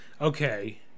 Okay